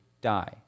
die